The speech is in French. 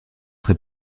très